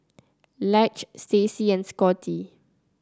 Lige Stacey and Scotty